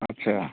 अच्छा